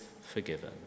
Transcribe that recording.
forgiven